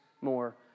more